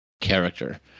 character